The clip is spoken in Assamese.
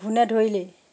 ঘূণে ধৰিলেই